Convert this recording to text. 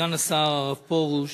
סגן השר הרב פרוש,